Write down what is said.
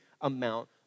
amount